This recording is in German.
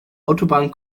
autobahn